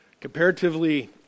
Comparatively